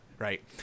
Right